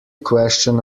question